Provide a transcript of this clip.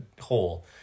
hole